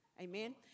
Amen